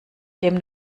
dem